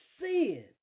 sin